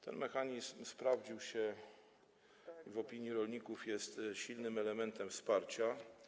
Ten mechanizm się sprawdził, w opinii rolników jest silnym elementem wsparcia.